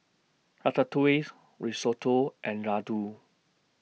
Ratatouilles Risotto and Ladoo